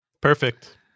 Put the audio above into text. Perfect